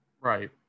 right